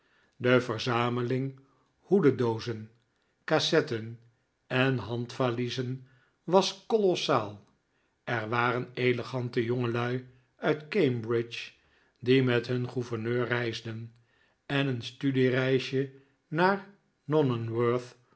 de verzameling hoedendoozen cassetten en handvaliezen was kolossaal er waren elegante jongelui uit cambridge die met hun gouverneur reisden en een studiereisje naar